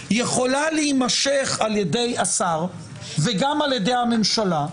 יכולה להימשך על ידי השר וגם על ידי הממשלה,